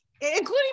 including